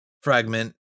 fragment